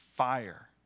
fire